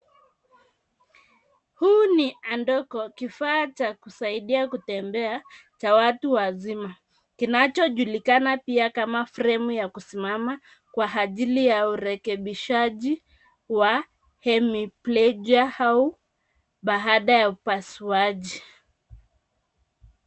Huu ni andoko kifaa cha kusaidia kutembea cha watu wazima, kinachojulikana pia kama fremu ya kusimama, kwa ajili ya urekebishaji wa hemiplagia au baada ya upasuaji.